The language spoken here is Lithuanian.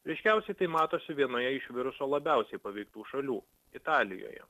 ryškiausiai tai matosi vienoje iš viruso labiausiai paveiktų šalių italijoje